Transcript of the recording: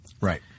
Right